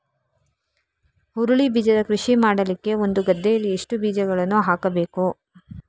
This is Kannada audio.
ಹುರುಳಿ ಬೀಜದ ಕೃಷಿ ಮಾಡಲಿಕ್ಕೆ ಒಂದು ಗದ್ದೆಯಲ್ಲಿ ಎಷ್ಟು ಬೀಜಗಳನ್ನು ಹಾಕಬೇಕು?